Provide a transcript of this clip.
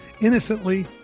Innocently